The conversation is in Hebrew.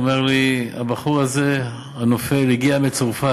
הוא אמר לי: הבחור הזה, הנופל, הגיע מצרפת